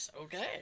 okay